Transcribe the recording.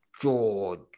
George